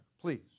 please